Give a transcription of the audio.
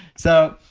so,